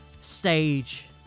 stage